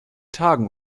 tagen